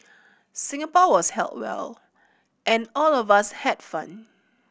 Singapore was held well and all of us had fun